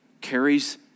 carries